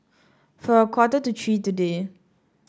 for a quarter to three today